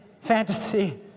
fantasy